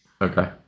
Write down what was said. Okay